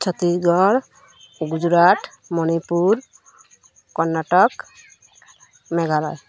Chhattisgarh Gujarat Manipur Karnataka Meghalaya